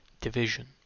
division